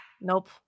Nope